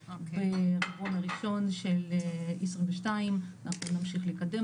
ברבעון הראשון של 2022. אנחנו נמשיך לקדם,